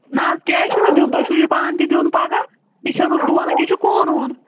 نہ حظ کیٛازِ چھُو نہٕ دِیُن تُہۍ چھُو یہِ پانہٕ تہِ دِیُن پگاہ یہِ چھَسوٕ بہٕ ونان کہِ یہِ چھُ قوٚنوٗن